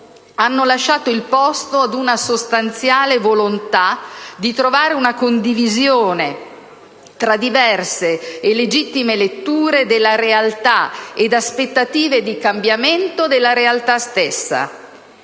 hanno lasciato il posto ad una sostanziale volontà di trovare una condivisione tra diverse e legittime letture della realtà ed aspettative di cambiamento della realtà stessa.